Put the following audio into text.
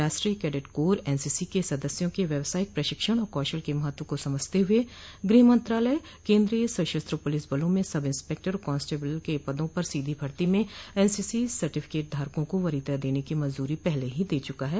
राष्ट्रीय cadet corps NCC के सदस्यों के व्यावसायिक प्रशिक्षण और कौशल के महत्व को समझते हुए गृह मंत्रालय केन्द्रीय सशस्त्र पुलिस बलों में सब इंस्पेक्टर और कांस्टेबलों के पदों पर सीधी भर्ती में एनसीसी सर्टिफिकेट धारकों को वरीयता देने की मंजूरी पहले ही दे चुका है